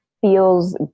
feels